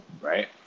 right